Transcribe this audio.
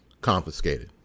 confiscated